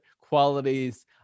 qualities